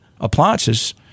appliances